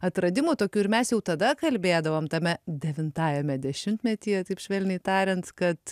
atradimų tokių ir mes jau tada kalbėdavom tame devintajame dešimtmetyje taip švelniai tariant kad